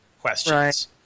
questions